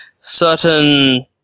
certain